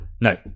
No